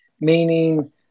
meaning